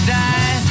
die